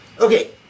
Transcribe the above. Okay